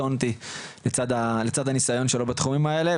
קטונתי לצד הניסיון שלו בתחומים האלה,